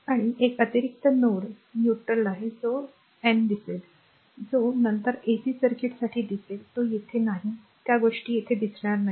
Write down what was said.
आणि एक अतिरिक्त नोड न्यूट्रल आहे जो r n दिसेल जो नंतर AC सर्किटसाठी दिसेल जो येथे नाही त्या गोष्टी येथे दिसणार नाहीत